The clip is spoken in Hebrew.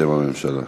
בשם הממשלה.